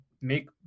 make